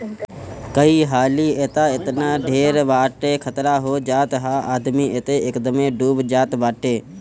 कई हाली तअ एतना ढेर खतरा हो जात हअ कि आदमी तअ एकदमे डूब जात बाटे